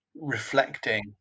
reflecting